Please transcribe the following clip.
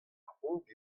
krog